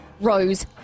Rose